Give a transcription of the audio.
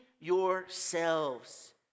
yourselves